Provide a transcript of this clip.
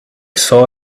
saw